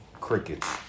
crickets